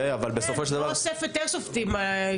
כן, היא לא אוספת איירסופטים.